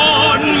on